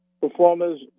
performers